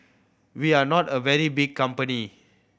we are not a very big company